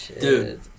Dude